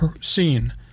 seen